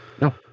No